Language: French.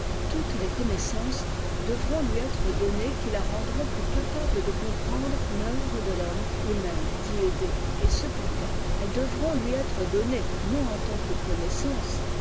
toutes les connaissances devront lui être données qui la rendront plus capable de comprendre l'œuvre de l'homme et même d'y aider et cependant elles devront lui être données non en tant que connaissances